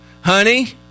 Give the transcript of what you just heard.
Honey